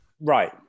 Right